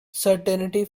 certainty